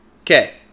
Okay